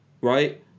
right